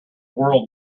world